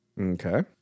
Okay